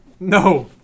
No